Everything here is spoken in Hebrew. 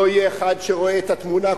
לא יהיה אחד שרואה את התמונה כולה,